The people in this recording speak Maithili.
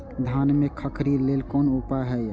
धान में खखरी लेल कोन उपाय हय?